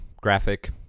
graphic